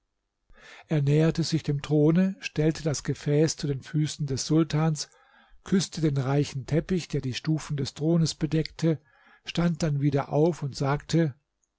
er näherte sich dem throne stellte das gefäß zu den füßen des sultans küßte den reichen teppich der die stufen des thrones bedeckte stand dann wieder auf sagte